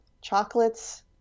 chocolates